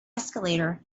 escalator